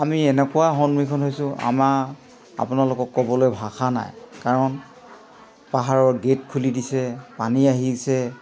আমি এনেকুৱা সন্মুখীন হৈছোঁ আমাৰ আপোনালোকক ক'বলৈ ভাষা নাই কাৰণ পাহাৰৰ গেট খুলি দিছে পানী আহিছে